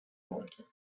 water